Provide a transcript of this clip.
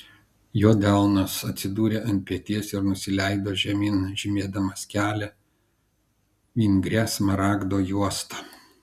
jo delnas atsidūrė ant peties ir nusileido žemyn žymėdamas kelią vingria smaragdo juosta